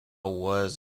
was